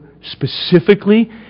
specifically